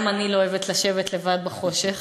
גם אני לא אוהבת לשבת לבד בחושך.